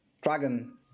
Dragon